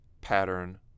pattern